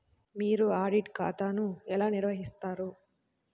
మీరు ఆడిట్ ఖాతాను ఎలా నిర్వహిస్తారు?